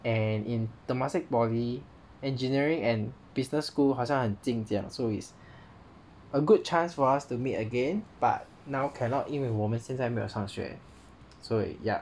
and in temasek poly engineering and business school 好像很近这样 so is a good chance for us to meet again but now cannot 因为我们现在没有上学 so ya